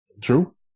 true